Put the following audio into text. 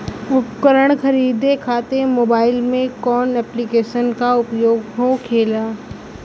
उपकरण खरीदे खाते मोबाइल में कौन ऐप्लिकेशन का उपयोग होखेला?